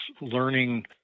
learning